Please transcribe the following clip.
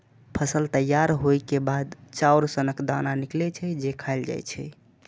फसल तैयार होइ के बाद चाउर सनक दाना निकलै छै, जे खायल जाए छै